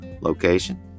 location